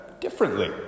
differently